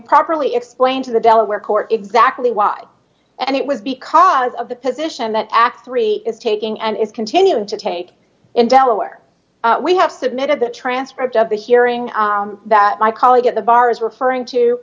properly explained to the delaware court exactly why and it was because of the position that x three is taking and is continuing to take in delaware we have submitted the transcript of the hearing that my colleague at the bar is referring